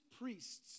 priests